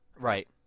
Right